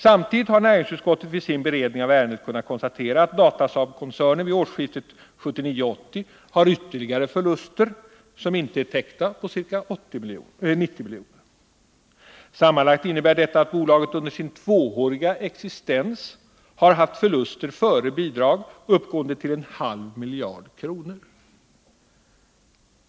Samtidigt har näringsutskottet vid sin beredning av ärendet kunnat konstatera att Datasaabkoncernen vid årsskiftet 1979-1980 har ytterligare förluster på ca 90 miljoner som icke är täckta. Sammanlagt innebär detta att bolaget under sin tvååriga existens har haft förluster före bidrag uppgående till en halv miljard kronor.